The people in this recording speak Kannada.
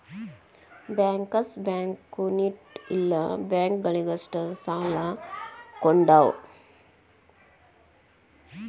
ಬ್ಯಾಂಕರ್ಸ್ ಬ್ಯಾಂಕ್ ಕ್ಮ್ಯುನಿಟ್ ಇಲ್ಲ ಬ್ಯಾಂಕ ಗಳಿಗಷ್ಟ ಸಾಲಾ ಕೊಡ್ತಾವ